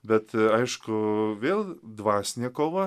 bet aišku vėl dvasinė kova